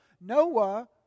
Noah